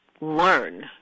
learn